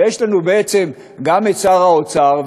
ויש לנו בעצם גם שר האוצר,